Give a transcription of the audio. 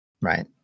Right